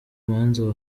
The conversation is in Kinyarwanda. manza